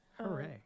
Hooray